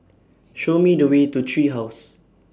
Show Me The Way to Tree House